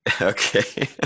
Okay